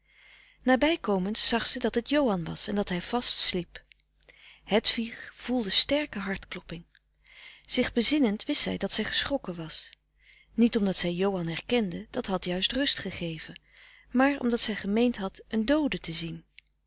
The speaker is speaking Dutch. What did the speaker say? nabij komend zag ze dat het johan was en dat hij vast sliep hedwig voelde sterke hartklopping zich bezinnend wist zij dat zij geschrokken was niet omdat zij johan herkende dat had juist rust gegeven maar omdat zij gemeend had een doode te zien